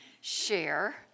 share